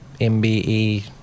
MBE